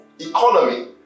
economy